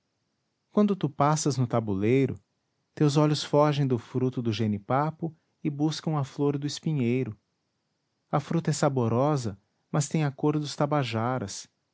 quando tu passas no tabuleiro teus olhos fogem do fruto do jenipapo e buscam a flor do espinheiro a fruta é saborosa mas tem a cor dos tabajaras